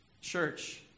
church